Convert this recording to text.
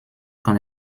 kann